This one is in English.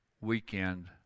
weekend